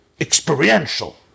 experiential